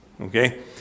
Okay